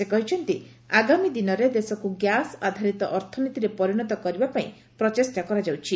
ସେ କହିଛନ୍ତି ଆଗାମୀ ଦିନରେ ଦେଶକୁ ଗ୍ୟାସ୍ ଆଧାରିତ ଅର୍ଥନୀତିରେ ପରିଣତ କରାଯିବାପାଇଁ ଚେଷ୍ଟା କରାଯାଉଛି